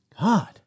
God